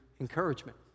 encouragement